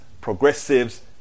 progressives